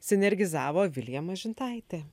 sinergizavo vilija mažintaitė